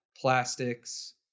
plastics